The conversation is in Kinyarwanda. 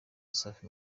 safi